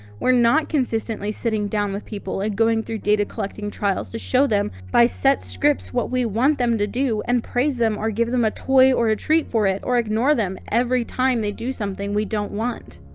we're not consistently sitting down with people and going through data collecting trials to show them by set scripts what we want them to do and praise them or give them a toy or a treat for it or ignore them every time they do something we don't want.